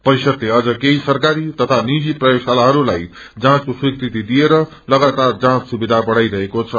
परिषदले केही सरकारी ताता निजी प्रयोगशालाइस्लाई जाँचको स्वीकृति दिएर सगातार जाँच सुविधा बढ़ाईरहेको छ